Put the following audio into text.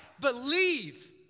Believe